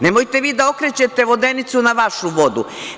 Nemojte vi da okrećete vodenicu na vašu vodu.